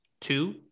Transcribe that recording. two